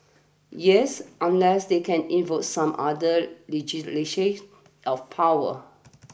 yes unless they can invoke some other legislation of power